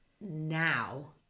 now